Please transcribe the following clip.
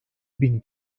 bin